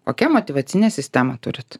kokia motyvacinę sistemą turit